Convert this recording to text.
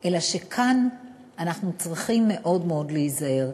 אלא שכאן אנחנו צריכים מאוד מאוד להיזהר,